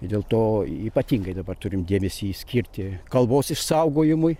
dėl to ypatingai dabar turim dėmesį skirti kalbos išsaugojimui